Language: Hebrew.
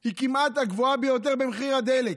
היא כמעט הגבוהה ביותר במחיר הדלק.